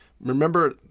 remember